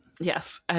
Yes